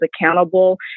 accountable